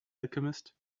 alchemist